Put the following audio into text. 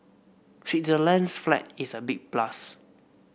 Switzerland's flag is a big plus